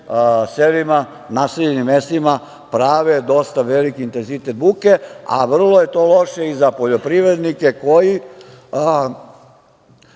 selima, naseljenim mestima prave dosta veliki intenzitet buke, a vrlo je to loše i za poljoprivrednike koji